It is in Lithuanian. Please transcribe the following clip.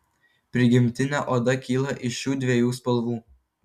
prigimtinė oda kyla iš šiu dviejų spalvų